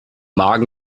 magen